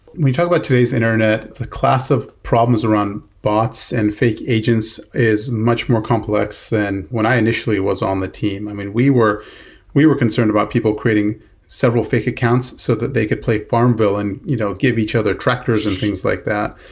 talk about today's internet, the class of problems around bots and fake agents is much more complex than when i initially was on the team. i mean we were we were concerned about people creating several fake accounts so that they could play farmville and you know give each other tractors and things like that,